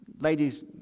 ladies